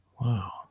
Wow